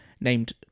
named